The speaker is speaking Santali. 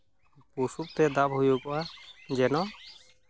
ᱵᱚᱥᱩᱵ ᱛᱮ ᱫᱟᱵ ᱦᱩᱭᱩᱜᱼᱟ ᱡᱮᱱᱚ